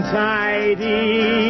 tidy